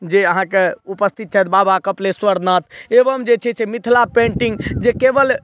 जे अहाँकेँ उपस्थित छथि बाबा कपिलेश्वरनाथ एवं जे छै से मिथिला पेन्टिंग जे केवल